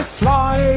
fly